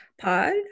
pod